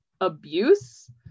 abuse